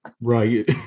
right